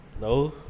No